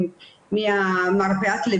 לא מגיעות.